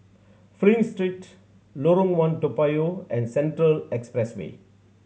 Flint Street Lorong One Toa Payoh and Central Expressway